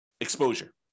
exposure